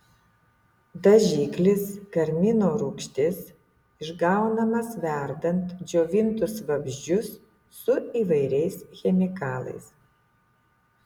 dažiklis karmino rūgštis išgaunamas verdant džiovintus vabzdžius su įvairiais chemikalais